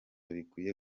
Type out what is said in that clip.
bikwiye